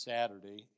Saturday